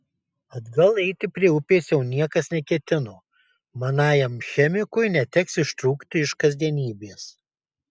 atgal eiti prie upės jau niekas neketino manajam chemikui neteks ištrūkti iš kasdienybės